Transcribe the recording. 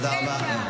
תודה רבה.